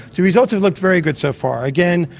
the results have looked very good so far. again,